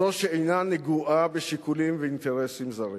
זו שאינה נגועה בשיקולים ואינטרסים זרים.